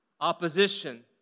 opposition